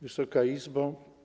Wysoka Izbo!